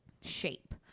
shape